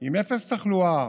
עם אפס תחלואה,